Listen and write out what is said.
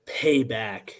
Payback